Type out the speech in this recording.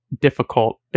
difficult